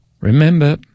Remember